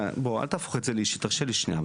בוא, אל תהפוך את זה לאישית, תרשה לי שנייה.